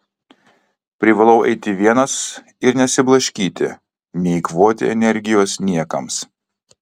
privalau eiti vienas ir nesiblaškyti neeikvoti energijos niekams